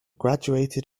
graduated